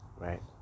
right